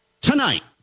tonight